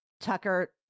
Tucker